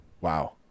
Wow